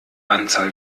anzahl